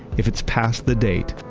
if it's past the date,